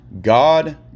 God